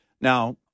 Now